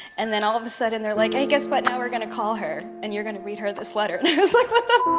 and then all of a sudden they're like hey guess but what you're gonna call her and you're gonna read her this letter and it was like what the